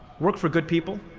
work for good people.